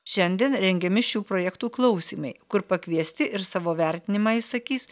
šiandien rengiami šių projektų klausymai kur pakviesti ir savo vertinimą išsakys